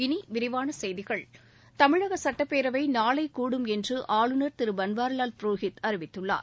இனி விரிவான செய்திகள் தமிழக சட்டப்பேரவை நாளை கூடும் என்று ஆளுநர் திரு பன்வாரிலால் புரோஹித் அறிவித்துள்ளார்